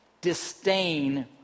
disdain